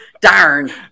Darn